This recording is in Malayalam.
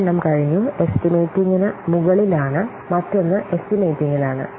ഒരെണ്ണം കഴിഞ്ഞു എസ്റ്റിമേറ്റിംഗിന് മുകളിലാണ് മറ്റൊന്ന് എസ്റ്റിമേറ്റിംഗിലാണ്